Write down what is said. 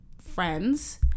friends